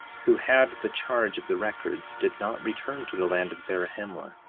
who had the charge of the records, did not return to the land of zarahemla,